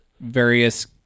various